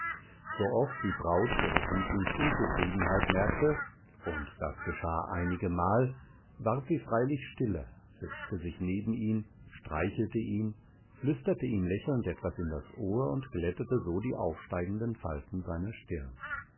sooft die braut ihres lieblings unzufriedenheit merkte und das geschah einigemal ward sie freilich stiller setzte sich neben ihn streichelte ihn flüsterte ihm lächelnd etwas in das ohr und glättete so die aufsteigenden falten seiner stirn